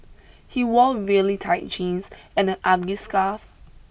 he wore really tight jeans and an ugly scarf